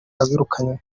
abirukanywe